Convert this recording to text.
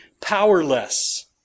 powerless